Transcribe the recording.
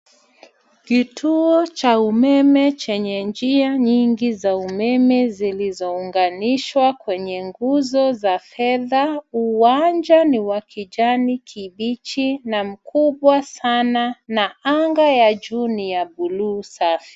Kituo cha umeme chenye njia nyingi za umeme zilizounganishwa kwenye nguzo za fedha. uwanja ni wakijani kibichi na mkubwa sana na anga ya juu ni ya buluu safi.